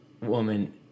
woman